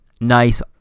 nice